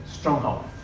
Stronghold